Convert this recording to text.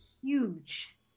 huge